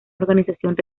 organización